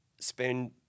spend